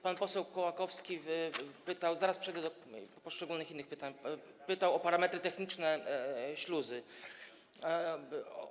Pan poseł Kołakowski - zaraz przejdę do poszczególnych innych pytań - pytał o parametry techniczne śluzy.